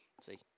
see